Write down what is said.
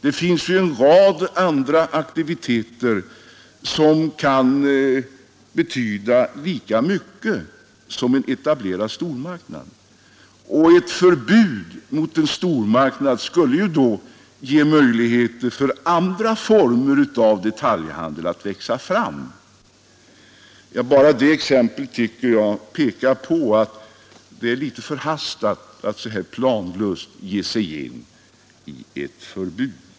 Det finns ju en rad andra aktiviteter som kan betyda lika mycket som en etablerad stormarknad, och ett förbud mot en stormarknad skulle ju då ge möjligheter för andra former av detaljhandel att växa fram. Bara det exemplet tycker jag pekar på att det är litet förhastat att så här planlöst ge sig in på ett förbud.